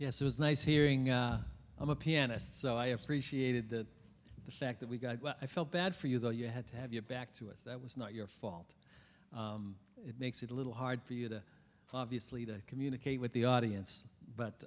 yes it was nice hearing i'm a pianist so i appreciated the fact that we got i felt bad for you though you had to have your back to us that was not your fault it makes it a little hard for you to obviously to communicate with the audience but